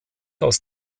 aus